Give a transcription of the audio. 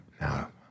Now